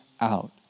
out